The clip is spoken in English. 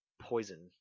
Poison